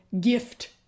gift